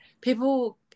people